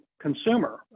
consumer